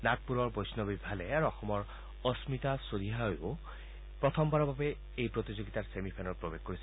নাগপুৰৰ বৈষ্ণৱী ভালে আৰু অসমৰ অস্নিতা চলিহাও প্ৰথমবাৰৰ বাবে এই প্ৰতিযোগিতাৰ ছেমি ফাইনেলত প্ৰৱেশ কৰিছে